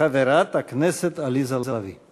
חברת הכנסת עליזה לביא.